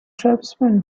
tribesmen